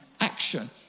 action